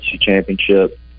championship